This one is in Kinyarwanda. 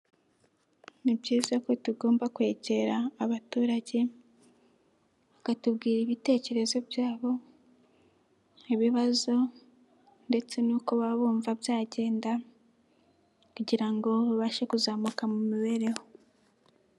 Ni byiza ko tugomba kwegera abaturage, bakatubwira ibitekerezo byabo, ibibazo, ndetse n'uko baba bumva byagenda, kugira ngo babashe kuzamuka mu mibereho.